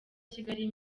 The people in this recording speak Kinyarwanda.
kigali